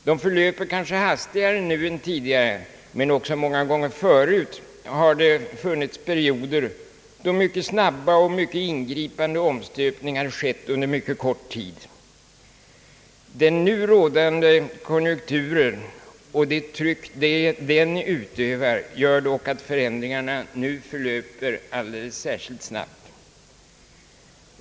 De förlöper kanske hastigare nu än tidigare, men också många gånger förut har det funnits perioder då mycket snabba och mycket ingripande omstöpningar skett under mycket kort tid. Den nu rådande konjunkturen och det tryck den utövar gör dock att förändringarna går = alldeles = särskilt snabbt.